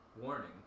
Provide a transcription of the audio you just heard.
warning